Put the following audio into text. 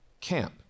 camp